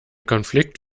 konflikt